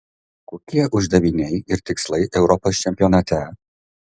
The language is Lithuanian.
kokie uždaviniai ir tikslai europos čempionate